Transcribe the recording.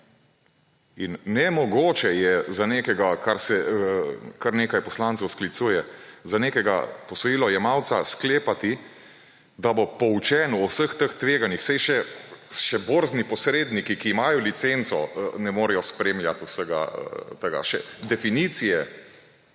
Nemogoče je za nekega, na kar se kar nekaj poslancev sklicuje, posojilojemalca sklepati, da bo poučen o vseh teh tveganjih, saj še borzni posredniki, ki imajo licenco, ne morejo spremljati vsega tega. Še definicije